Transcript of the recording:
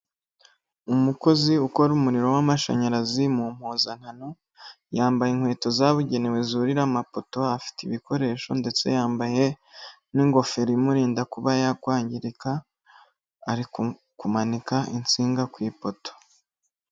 Umukozi ukora umuriro w'amashanyarazi mu mpuzankano yambaye inkweto zabugenewe zurira amapoto afite ibikoresho ndetse yambaye n'ingofero imurinda kuba yakwangirika, ari kumanika insinga ku ipoto.